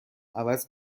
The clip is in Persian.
عوض